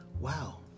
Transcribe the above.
Wow